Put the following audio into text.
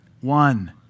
One